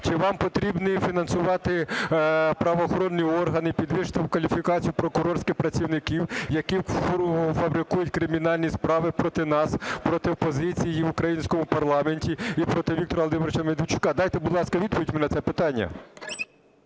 Чи вам потрібно фінансувати правоохоронні органи і підвищувати кваліфікацію прокурорських працівників, які фабрикують кримінальні справи проти нас, проти опозиції і в українському парламенті, і проти Віктора Володимировича Медведчука? Дайте, будь ласка, відповідь мені на це питання.